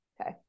Okay